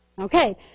Okay